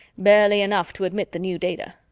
barely enough to admit the new data.